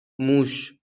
موش